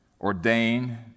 ordain